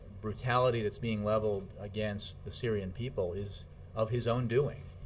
brutality that's being leveled against the syrian people is of his own doing.